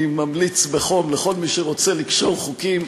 אני ממליץ בחום לכל מי שרוצה לקשור חוקים,